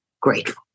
grateful